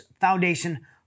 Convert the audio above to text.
Foundation